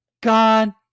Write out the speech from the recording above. God